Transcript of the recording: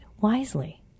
wisely